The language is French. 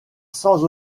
sans